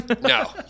no